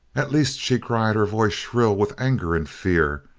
at least, she cried, her voice shrill with anger and fear,